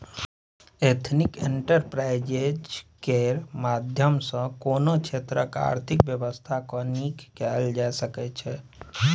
ethnic enterprise केर माध्यम सँ कोनो क्षेत्रक आर्थिक बेबस्था केँ नीक कएल जा सकै छै